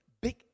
big